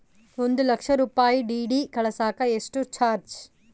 ಒಂದು ಲಕ್ಷ ರೂಪಾಯಿ ಡಿ.ಡಿ ಕಳಸಾಕ ಎಷ್ಟು ಚಾರ್ಜ್?